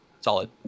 solid